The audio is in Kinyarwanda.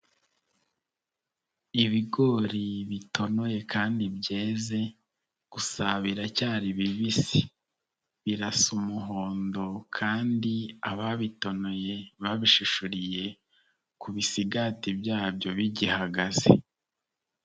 Ibigori bitonoye kandi byeze gusa biracyari bibisi birasa umuhondo kandi ababitonoye babishishuriye ku bisigati byabyo bigihagaze.